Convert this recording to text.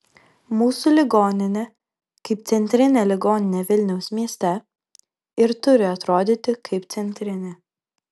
mūsų ligoninė kaip centrinė ligoninė vilniaus mieste ir turi atrodyti kaip centrinė